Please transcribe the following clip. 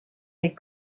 des